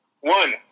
One